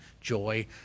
joy